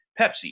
Pepsi